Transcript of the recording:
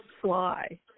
fly